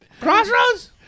Crossroads